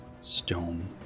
stone